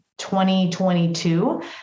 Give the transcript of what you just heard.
2022